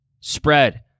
spread